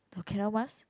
to ones